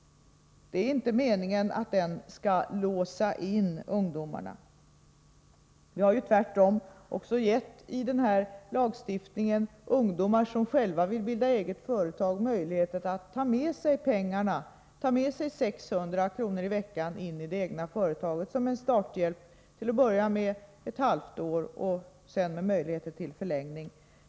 Det är inte meningen att den skall låsa in ungdomarna. Vi har tvärtom i ungdomslagen gett möjlighet för de ungdomar som själva vill bilda eget företag att ta med sig 600 kr. i veckan in i det egna företaget som en starthjälp — ett halvår till att börja med. Sedan finns det möjlighet till förlängning.